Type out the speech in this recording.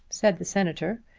said the senator,